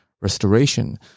Restoration